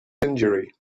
injury